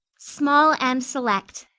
small and select,